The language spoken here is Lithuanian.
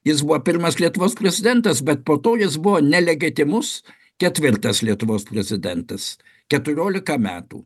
jis buvo pirmas lietuvos prezidentas bet po to jis buvo nelegitimus ketvirtas lietuvos prezidentas keturiolika metų